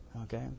Okay